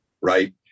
right